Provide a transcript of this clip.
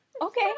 Okay